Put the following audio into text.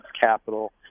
capital